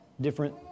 different